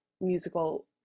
musical